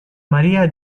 maria